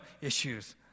issues